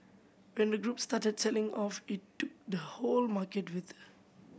when the group started selling off it took the whole market with